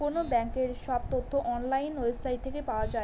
কোনো ব্যাঙ্কের সব তথ্য অনলাইন ওয়েবসাইট থেকে পাওয়া যায়